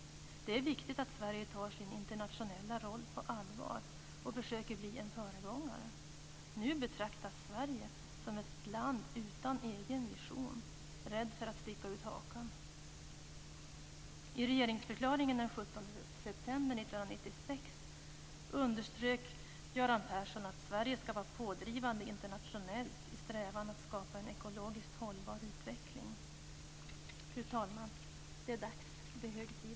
Det är viktigt att Sverige tar sin internationella roll på allvar och försöker bli en föregångare. Nu betraktas Sverige som ett land utan egen vision, med rädsla för att sticka ut hakan. underströk Göran Persson: "Sverige skall vara en pådrivande internationell kraft - i strävan att skapa en ekologiskt hållbar utveckling." Fru talman! Det är dags, ja, det är hög tid!